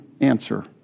answer